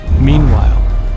Meanwhile